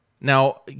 Now